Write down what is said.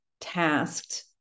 tasked